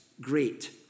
great